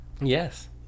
Yes